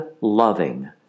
loving